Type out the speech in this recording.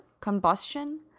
combustion